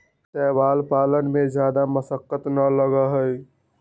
शैवाल पालन में जादा मशक्कत ना लगा हई